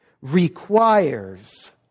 requires